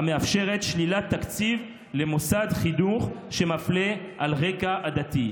המאפשרת שלילת תקציב ממוסד חינוך שמפלה על רקע עדתי.